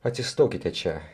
atsistokite čia